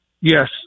yes